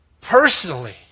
personally